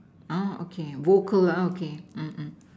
uh okay vocal ah okay mm mm